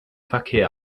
verkehr